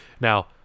Now